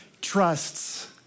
trusts